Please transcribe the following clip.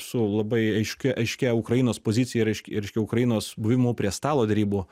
su labai aiškia aiškia ukrainos pozicija reišk reiškia ukrainos buvimu prie stalo derybų